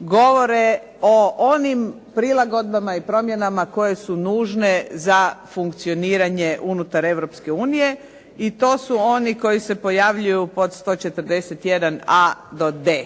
govore o onim prilagodbama i promjenama koje su nužne za funkcioniranje unutar Europske unije i to su oni koji se pojavljuju pod 141a do d.